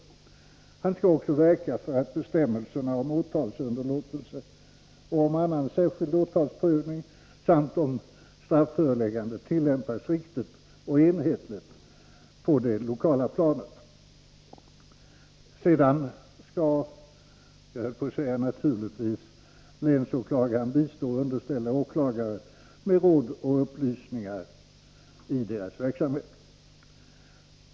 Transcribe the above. Åklagarväsendets Han skall också verka för att bestämmelserna om åtalsunderlåtelse, om regionala organisaannan särskild åtalsprövning samt om strafföreläggande tillämpas riktigt och tion enhetligt på det lokala planet. Vidare skall— naturligtvis —länsåklagaren bistå underställda åklagare med råd och upplysningar i deras verksamhet.